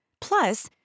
Plus